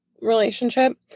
relationship